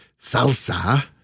salsa